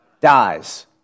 Dies